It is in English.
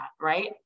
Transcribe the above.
right